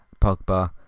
Pogba